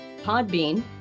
Podbean